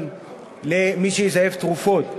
למי שיזייף תרופות,